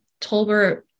Tolbert